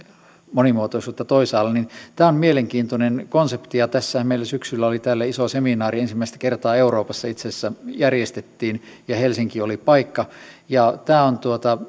monimuotoisuutta toisaalla on mielenkiintoinen konsepti tässähän meillä syksyllä oli täällä iso seminaari ensimmäistä kertaa euroopassa itse asiassa järjestettiin helsinki oli paikka ja tämä on